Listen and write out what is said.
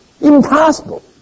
Impossible